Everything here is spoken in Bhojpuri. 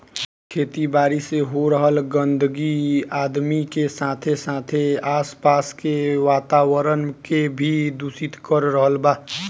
खेती बारी से हो रहल गंदगी आदमी के साथे साथे आस पास के वातावरण के भी दूषित कर रहल बा